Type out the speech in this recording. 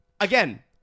again